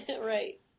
right